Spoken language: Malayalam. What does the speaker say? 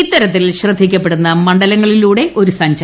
ഇത്തരത്തിൽ ശ്രദ്ധിക്കപ്പെടുന്ന മണ്ഡലങ്ങളിലൂടെ ഒര്ു സഞ്ചാരം